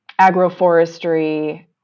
agroforestry